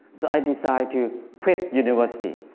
so, i decided to quit university,